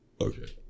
Okay